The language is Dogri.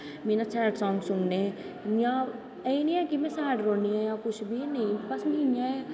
मीं ना सैड सांग सुननें इयां एह् नी ऐ कि में सैड रौह्ना आं नेंई बस इयां गै